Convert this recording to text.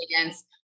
audience